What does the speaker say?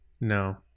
no